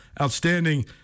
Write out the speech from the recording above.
outstanding